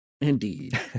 Indeed